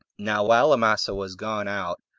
now while amasa was gone out,